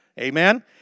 Amen